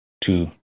two